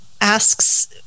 asks